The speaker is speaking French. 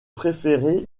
préféré